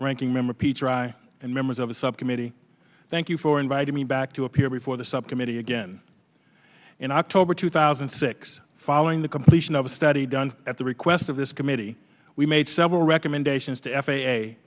ranking member peter i and members of the subcommittee thank you for inviting me back to appear before the subcommittee again in october two thousand and six following the completion of a study done at the request of this committee we made several recommendations to f